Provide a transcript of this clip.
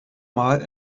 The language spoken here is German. mal